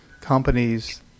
companies